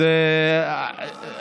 אתה לא היית?